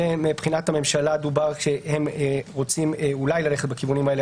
זה מבחינת הממשלה רוצים אולי ללכת בכיוונים האלה,